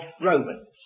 Romans